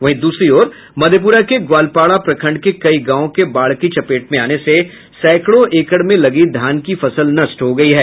वहीं दूसरी ओर मधेपुरा के ग्वालपाड़ा प्रखंड के कई गांवों के बाढ़ की चपेट में आने से सैंकड़ों एकड़ में लगा धान का फसल नष्ट हो गयी है